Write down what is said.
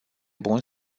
bun